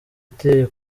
iteye